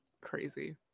crazy